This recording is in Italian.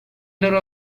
loro